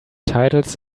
titles